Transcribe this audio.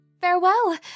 Farewell